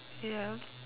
ya